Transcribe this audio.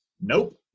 nope